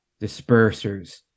dispersers